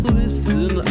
listen